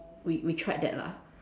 we we tried that lah